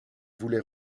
voulait